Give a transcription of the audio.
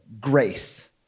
grace